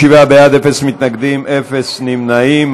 47 בעד, אין מתנגדים, אין נמנעים.